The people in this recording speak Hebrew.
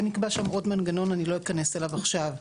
ונקבע שם עוד מנגנון, אני לא אכנס אליו עכשיו.